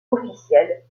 officielle